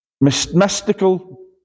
mystical